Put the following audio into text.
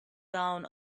down